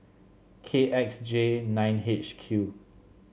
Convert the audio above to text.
K X J nine H Q